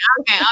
okay